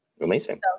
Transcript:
amazing